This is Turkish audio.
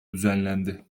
düzenlendi